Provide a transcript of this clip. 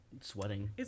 sweating